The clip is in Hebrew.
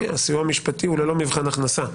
הלאומי, הסיוע המשפטי הוא ללא מבחן הכנסה.